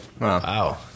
Wow